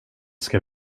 ska